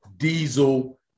Diesel